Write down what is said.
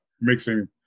mixing